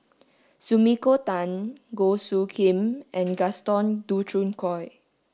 Sumiko Tan Goh Soo Khim and Gaston Dutronquoy